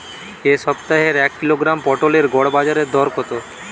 এ সপ্তাহের এক কিলোগ্রাম পটলের গড় বাজারে দর কত?